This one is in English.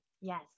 Yes